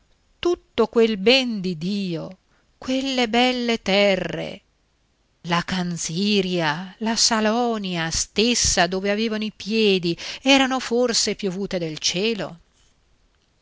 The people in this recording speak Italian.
tutto quel ben di dio quelle belle terre la canziria la salonia stessa dove avevano i piedi erano forse piovuti dal cielo